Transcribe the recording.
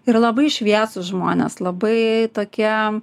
ir labai šviesūs žmonės labai tokie